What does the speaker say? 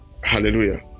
Hallelujah